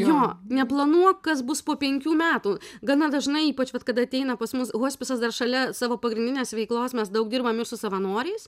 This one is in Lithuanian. jo neplanuok kas bus po penkių metų gana dažnai ypač vat kada ateina pas mus hospisas dar šalia savo pagrindinės veiklos mes daug dirbam ir su savanoriais